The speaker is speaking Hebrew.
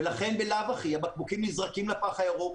לכן בלאו הכי הבקבוקים נזרקים לפח הירוק,